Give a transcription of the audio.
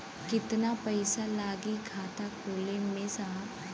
कितना पइसा लागि खाता खोले में साहब?